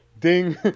Ding